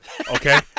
okay